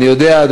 אני יודע,